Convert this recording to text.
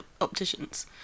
opticians